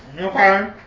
Okay